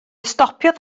stopiodd